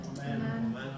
Amen